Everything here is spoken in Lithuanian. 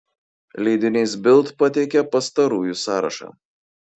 leidinys bild pateikia pastarųjų sąrašą